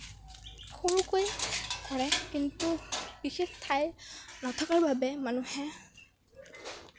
সৰুকৈ কৰে কিন্তু বিশেষ ঠাই নথকাৰ বাবে মানুহে